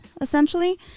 essentially